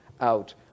out